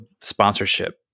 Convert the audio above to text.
sponsorship